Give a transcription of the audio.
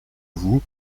vous